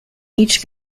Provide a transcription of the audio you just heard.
each